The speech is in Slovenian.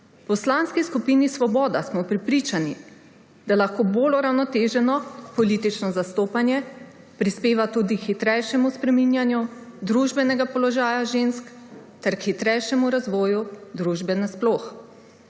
V poslanski skupini Svoboda smo prepričani, da lahko bolj uravnoteženo politično zastopanje prispeva tudi k hitrejšemu spreminjanju družbenega položaja žensk ter k hitrejšemu razvoju družbe nasploh.